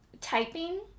typing